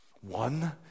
One